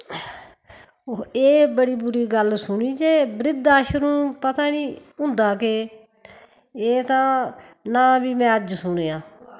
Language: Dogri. एह् बड़ी बुरी गल्ल सुनी जे बृध्द आश्रम पता निं हुंदा केह् एह् तां नांऽ बी में अज सुनेआं